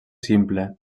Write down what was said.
simple